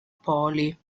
poli